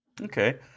okay